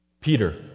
Peter